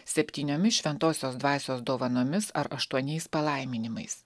septyniomis šventosios dvasios dovanomis ar aštuoniais palaiminimais